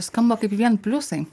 skamba kaip vien pliusai